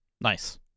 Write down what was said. Nice